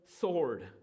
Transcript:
sword